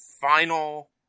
final